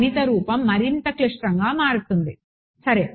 గణిత రూపం మరింత క్లిష్టంగా మారుతుంది సరే